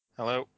Hello